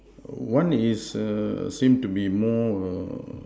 one is err seem to be more err